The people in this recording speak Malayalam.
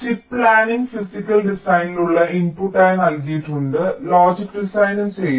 ചിപ്പ് പ്ലാനിംഗ് ഫിസിക്കൽ ഡിസൈനിനുള്ള ഇൻപുട്ടായി നൽകിയിട്ടുണ്ട് ലോജിക് ഡിസൈനും ചെയ്തു